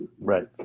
Right